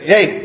Hey